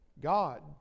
God